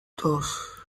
dos